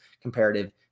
comparative